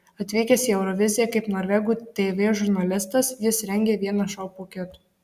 atvykęs į euroviziją kaip norvegų tv žurnalistas jis rengia vieną šou po kito